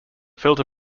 filter